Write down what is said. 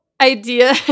idea